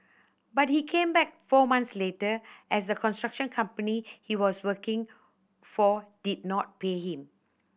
but he came back four month later as the construction company he was working for did not pay him